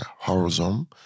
horizon